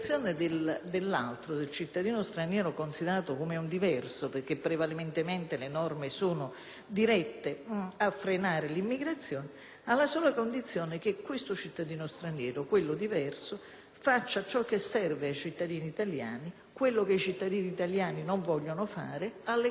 dirette a frenare l'immigrazione, alla sola condizione che questo cittadino straniero, quello diverso, faccia ciò che serve ai cittadini italiani, quello che i cittadini italiani non vogliono fare, alle condizioni quindi che noi imponiamo. Ma, esaurita questa funzione, possibilmente il diverso deve sparire